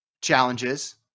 challenges